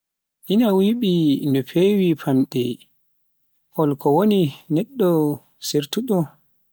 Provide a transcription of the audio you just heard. Ina weeɓi no feewi faamde hol ko woni neɗɗo ceertuɗo.